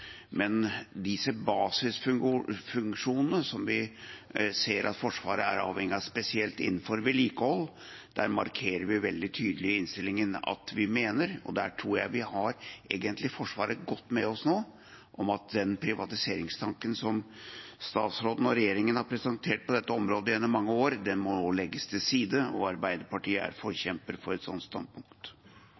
Men når det gjelder disse basisfunksjonene som vi ser at Forsvaret er avhengig av, spesielt innenfor vedlikehold, markerer vi veldig tydelig i innstillingen at vi mener – og der tror jeg egentlig vi har Forsvaret godt med oss nå – at den privatiseringstanken som statsråden og regjeringen har presentert på dette området gjennom mange år, må legges til side. Arbeiderpartiet er forkjemper for et slikt standpunkt.